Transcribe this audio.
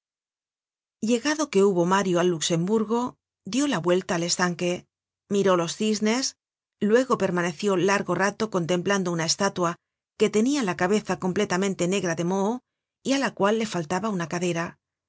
llegado que hubo mario al luxemburgo dió la vuelta al estanque miró los cisnes luego permaneció largo rato contemplando una estatua que tenia la cabeza completamente negra de moho y á la cual le faltaba una cadera